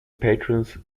patrons